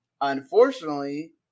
unfortunately